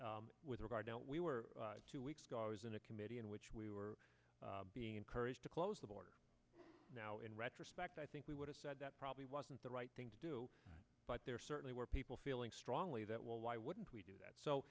society with regard to what we were two weeks ago i was in a committee in which we were being encouraged to close the border now in retrospect i think we would have said that probably wasn't the right thing to do but there certainly were people feeling strongly that well why wouldn't we do that so